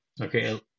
Okay